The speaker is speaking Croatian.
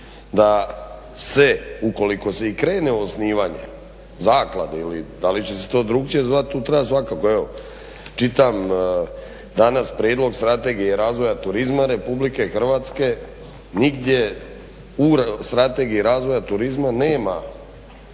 da se ukoliko se i krene u osnivanje zaklade ili da li će se to drukčije zvat tu treba svakako. Evo čitam danas Prijedlog strategije razvoja turizma Republike Hrvatske, nigdje u Strategiji razvoja turizma nema